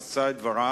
הוא יישא את דבריו,